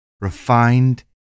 refined